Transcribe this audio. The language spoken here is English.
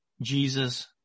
Jesus